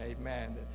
Amen